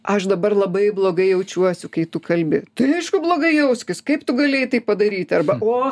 aš dabar labai blogai jaučiuosi kai tu kalbi tai aišku blogai jauskis kaip tu galėjai taip padaryti arba o